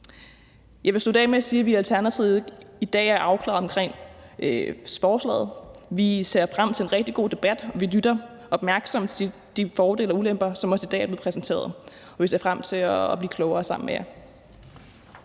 Jeg vil slutte af med at sige, at vi i Alternativet i dag ikke er afklarede omkring forslaget. Vi ser frem til en rigtig god debat, og vi lytter opmærksomt til de fordele og ulemper, som også i dag er blevet præsenteret, og vi ser frem til at blive klogere sammen med jer.